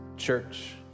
church